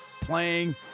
playing